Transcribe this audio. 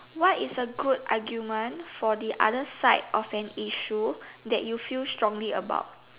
what is a good argument for the other side of an issue that you feel strongly about